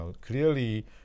clearly